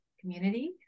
community